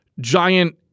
giant